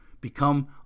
become